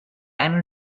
einen